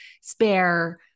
spare